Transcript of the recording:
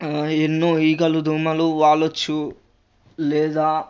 ఎన్నో ఈగలు దోమలు వాలొచ్చు లేదా